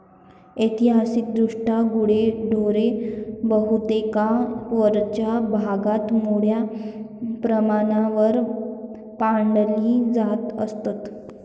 ऐतिहासिकदृष्ट्या गुरेढोरे बहुतेकदा वरच्या भागात मोठ्या प्रमाणावर पाळली जात असत